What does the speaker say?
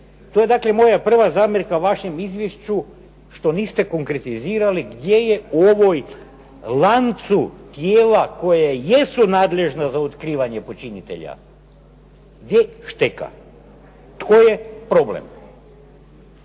To je dakle moja prva zamjerka vašem izvješću što niste konkretizirali gdje je ovom lancu tijela koja jesu nadležna za otkrivanje počinitelja, gdje šteka? Tko je problem?